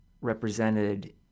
represented